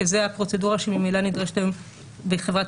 שזה הפרוצדורה שממילא נדרשת היום מחברת